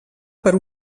per